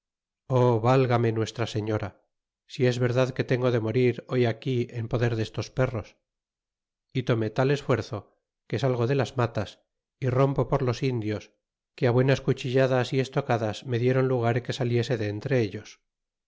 válgame nuestra señora si es verdad que tengo de morir hoy aquí en poder destos perros y tomé tal esfuerzo que salgo de las matas y rompo por los indios que á buenas cuchilladas y estocadas me diáron lugar que saliese de entre ellos